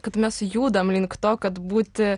kad mes judam link to kad būti